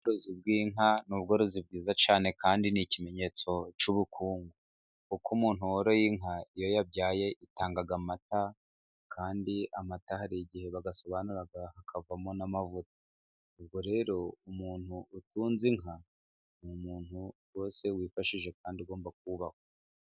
Uburozi bw'inka ni ubworozi bwiza cyane, kandi ni ikimenyetso cy'ubukungu uko umuntu woroye inka iyo yabyaye itanga amata, kandi amata hari igihe bayasobanura hakavamo n'amavuta, ubwo rero umuntu utunze inka, ni umuntu rwose wifashije kandi ugomba kubahwa.